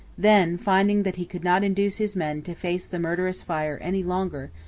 then, finding that he could not induce his men to face the murderous fire any longer,